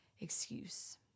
excuse